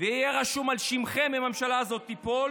ויהיה רשום על שמכם אם הממשלה הזאת תיפול